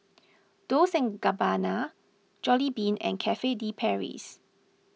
Dolce and Gabbana Jollibean and Cafe De Paris